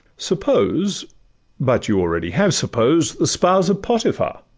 suppose but you already have supposed, the spouse of potiphar,